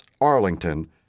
Arlington